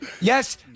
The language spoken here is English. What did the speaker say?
Yes